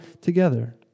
together